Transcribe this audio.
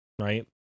right